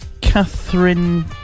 Catherine